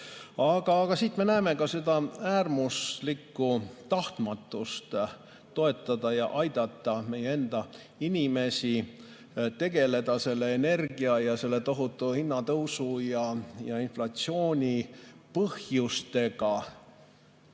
Aga siit me näeme ka seda äärmuslikku tahtmatust toetada ja aidata meie enda inimesi ning tegeleda energia[probleemi], tohutu hinnatõusu ja inflatsiooni põhjustega.